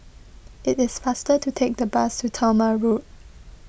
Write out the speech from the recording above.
it is faster to take the bus to Talma Road